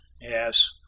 yes